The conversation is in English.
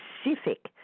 specific